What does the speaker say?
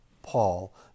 Paul